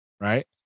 right